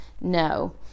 no